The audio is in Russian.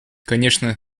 конечно